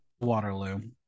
waterloo